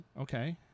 okay